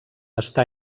està